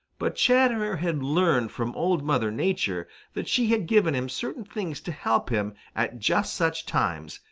but chatterer had learned from old mother nature that she had given him certain things to help him at just such times,